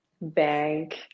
bank